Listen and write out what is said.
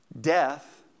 Death